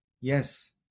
yes